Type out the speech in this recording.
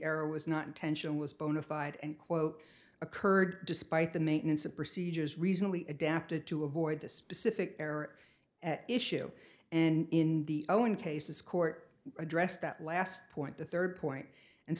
error was not intentional is bona fide and quote occurred despite the maintenance of procedures reasonably adapted to avoid the specific error at issue and in the own cases court addressed that last point the third point and